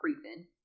creeping